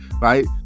right